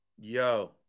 yo